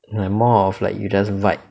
and like more of like you just bite